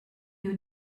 you